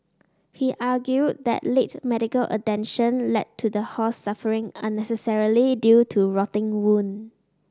he argued that late medical attention led to the horse suffering unnecessarily due to rotting wound